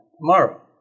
tomorrow